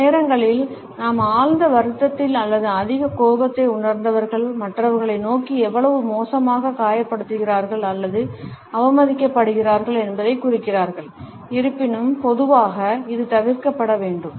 சில நேரங்களில் நாம் ஆழ்ந்த வருத்தத்தில் அல்லது அதிக கோபத்தை உணர்ந்தவர்கள் மற்றவர்களை நோக்கி எவ்வளவு மோசமாக காயப்படுத்தப்படுகிறார்கள் அல்லது அவமதிக்கப்படுகிறார்கள் என்பதைக் குறிக்கிறார்கள் இருப்பினும் பொதுவாக இது தவிர்க்கப்பட வேண்டும்